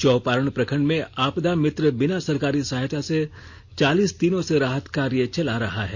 चौपारण प्रखंड में आपदा मित्र बिना सरकारी सहायता के चालीस दिनों से राहत कार्य चला रहा है